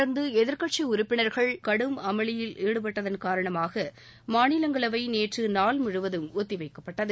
தொடர்ந்து எதிர்க்கட்சி உறுப்பினர்கள் கடும் அமளியில் ஈடுபட்டதன் காரணமாகமாநிலங்களவை நேற்று நாள் முழுவதும் ஒத்திவைக்கப்பட்டது